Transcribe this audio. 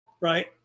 Right